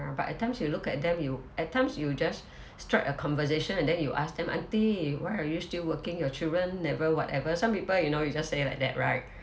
but at times you look at them you at times you just strike a conversation and then you ask them aunty why are you still working your children never whatever some people you know you just say like that right